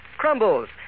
Crumbles